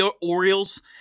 Orioles